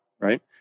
right